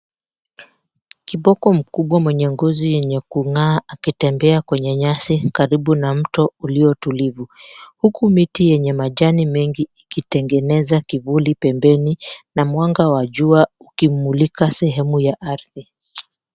Kiboko mkubwa mwenye ngozi yenye kung'aa akitembea kwenye nyasi karibu na mto ulio tulivu. Huku miti yenye majani mengi ikitengeneza kivuli pembeni na mwanga wa jua ukimulika sehemu ya ardhi.